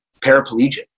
paraplegic